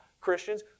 Christians